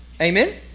Amen